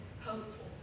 hopeful